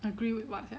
agree with what sia